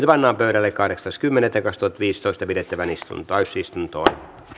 pannaan pöydälle kahdeksas kymmenettä kaksituhattaviisitoista pidettävään täysistuntoon